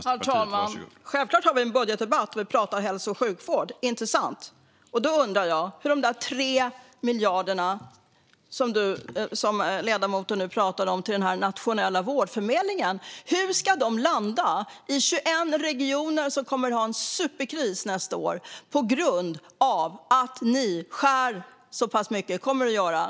Herr talman! Självklart har vi en budgetdebatt, men vi pratar hälso och sjukvård, inte sant? Jag undrar hur dessa 3 miljarder till den nationella vårdförmedlingen ska landa i 21 regioner som kommer att ha en superkris nästa år på grund av att ni skär ned så mycket.